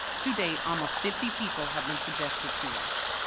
to date, almost fifty people have been suggested to us.